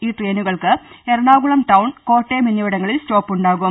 ഈ ട്രെയിനുകൾക്ക് എറണാകുളം ടൌൺ കോട്ടയം എന്നിവിടങ്ങളിൽ സ്റ്റോപ്പുണ്ടാകും